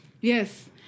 Yes